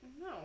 No